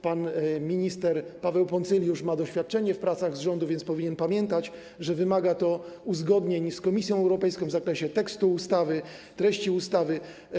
Pan minister Paweł Poncyljusz ma doświadczenie w pracach rządu, więc powinien pamiętać, że wymaga to uzgodnień z Komisją Europejską w zakresie tekstu ustawy, treści ustawy.